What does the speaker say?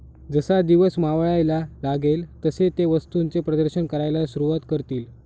जसा दिवस मावळायला लागेल तसे ते वस्तूंचे प्रदर्शन करायला सुरुवात करतील